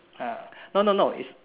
ah no no no is